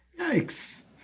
Yikes